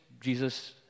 Jesus